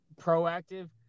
proactive